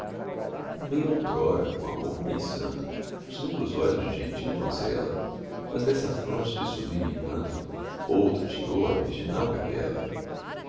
amei outrora com amor bem santo os negros olhos de gentil donzela mas dessa fronte de sublime encanto outro tirou a virginal capela